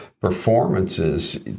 performances